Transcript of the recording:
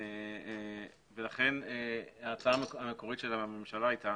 ולכן ההצעה המקורית של הממשלה היתה